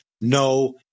No